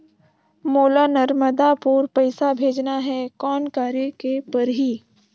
मोला नर्मदापुर पइसा भेजना हैं, कौन करेके परही?